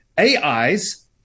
AIs